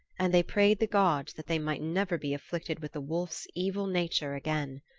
and they prayed the gods that they might never be afflicted with the wolf's evil nature again.